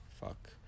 Fuck